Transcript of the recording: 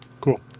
cool